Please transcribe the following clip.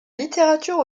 littérature